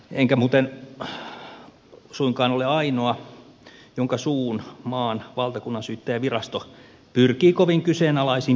enkä muuten suinkaan ole ainoa jonka suun maan valtakunnansyyttäjänvirasto pyrkii kovin kyseenalaisin perustein tukkimaan